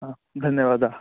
धन्यवादः